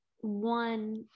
one